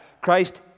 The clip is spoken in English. Christ